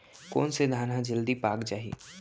कोन से धान ह जलदी पाक जाही?